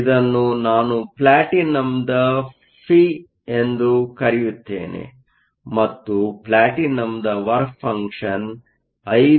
ಇದನ್ನು ನಾನು ಪ್ಲಾಟಿನಂನ ಫಿ ಎಂದು ಕರೆಯುತ್ತೇನೆ ಮತ್ತು ಪ್ಲಾಟಿನಂನ ವರ್ಕ್ ಫಂಕ್ಷನ್ 5